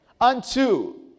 unto